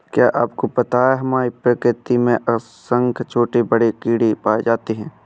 क्या आपको पता है हमारी प्रकृति में असंख्य छोटे बड़े कीड़े पाए जाते हैं?